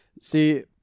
see